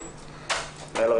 מנהלת האחריות התאגידית.